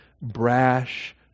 brash